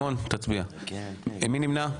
מי נמנע?